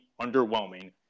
underwhelming